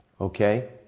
okay